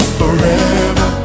forever